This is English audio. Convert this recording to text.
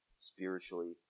spiritually